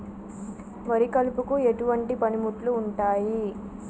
వరి కలుపుకు ఎటువంటి పనిముట్లు ఉంటాయి?